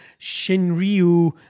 shinryu